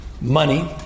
money